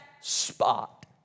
spot